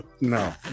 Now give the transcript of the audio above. no